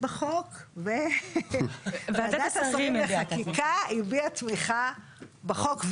בחוק וועדת השרים לחקיקה הביעה תמיכה בחוק.